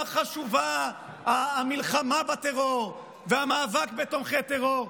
חשובה המלחמה בטרור והמאבק בתומכי טרור,